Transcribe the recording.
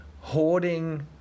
hoarding